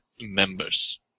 members